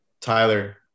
Tyler